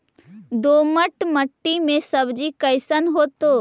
दोमट मट्टी में सब्जी कैसन होतै?